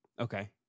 Okay